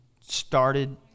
started